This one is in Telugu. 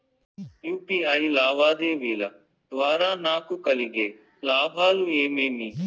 యు.పి.ఐ లావాదేవీల ద్వారా నాకు కలిగే లాభాలు ఏమేమీ?